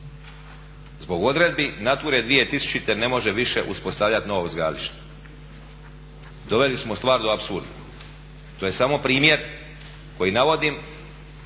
zbog odredbi Nature 2000.ne može više uspostavljati novo uzgajalište. Doveli smo stvar do apsurda. To je samo primjer koji navodim